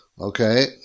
okay